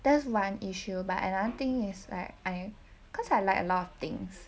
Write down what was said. that's one issue but another thing is like I cause I like a lot of things